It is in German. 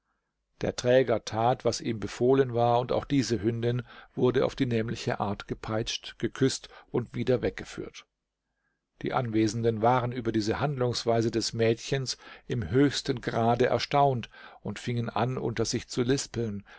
der träger tat was ihm befohlen war und auch diese hündin wurde auf die nämliche art gepeitscht geküßt und wieder weggeführt die anwesenden waren über diese handlungsweise des mädchens im höchsten grade erstaunt und fingen an unter sich zu lispeln